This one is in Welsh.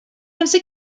amser